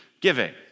giving